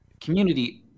community